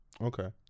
okay